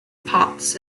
pots